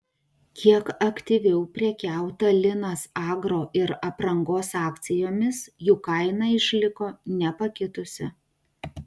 kiek aktyviau prekiauta linas agro ir aprangos akcijomis jų kaina išliko nepakitusi